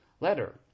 letter